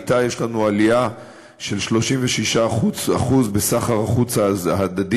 יש לנו אתה עלייה של 36% בסחר החוץ ההדדי